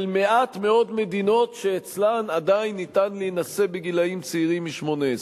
של מעט מאוד מדינות שאצלן עדיין ניתן להינשא בגילים צעירים מ-18,